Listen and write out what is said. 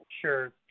Sure